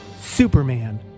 Superman